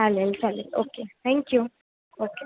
चालेल चालेल okay thank you okay